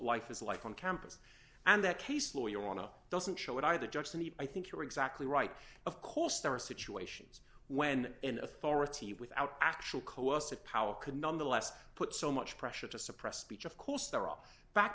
life is like on campus and that case lawyer on up doesn't show it either jackson i think you're exactly right of course there are situations when an authority without actual coercive power could nonetheless put so much pressure to suppress speech of course there are back